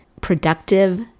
productive